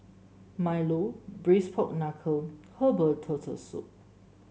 milo Braised Pork Knuckle Herbal Turtle Soup